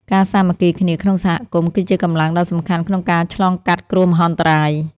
ការសាមគ្គីគ្នាក្នុងសហគមន៍គឺជាកម្លាំងដ៏សំខាន់ក្នុងការឆ្លងកាត់គ្រោះមហន្តរាយ។